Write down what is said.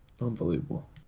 Unbelievable